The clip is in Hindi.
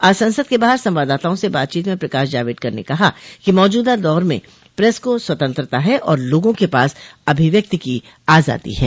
आज संसद के बाहर संवाददाताओं से बातचीत में प्रकाश जावड़ेकर ने कहा कि मौजूदा दौर में प्रेस को स्वतंत्रता ह तथा लोगों के पास अभिव्यक्ति की आजादी है